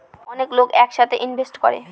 অনেক লোক এক সাথে ইনভেস্ট করে